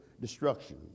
destruction